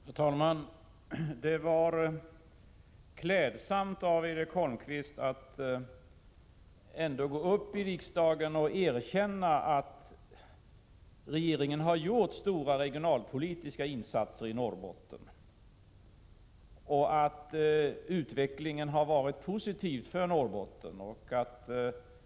Herr talman! Det var klädsamt att Erik Holmkvist ändå gick upp här i talarstolen och erkände att regeringen har gjort stora regionalpolitiska insatser i Norrbotten och att utvecklingen har varit positiv för Norrbotten.